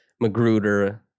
Magruder